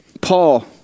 Paul